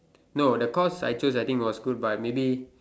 no the course I choose I think was good but maybe